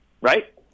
right